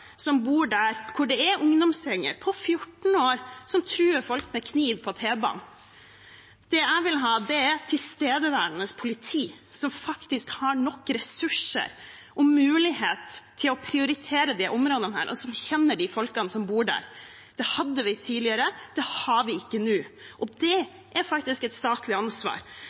som bor der det er ungdomsgjenger med 14-åringer som truer folk med kniv på T-banen? Jeg vil ha et tilstedeværende politi som har nok ressurser og mulighet til å prioritere disse områdene, og som kjenner de folkene som bor der. Det hadde vi tidligere, det har vi ikke nå, og det er faktisk et statlig ansvar.